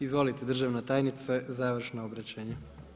Izvolite državna tajnice, završno obraćanje.